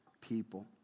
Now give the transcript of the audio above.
people